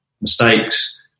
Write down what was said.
mistakes